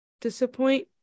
disappoint